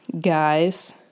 guys